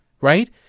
right